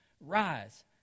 Rise